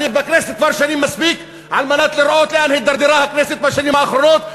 אני בכנסת כבר מספיק שנים כדי לראות לאן הידרדרה הכנסת בשנים האחרונות,